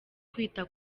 kwita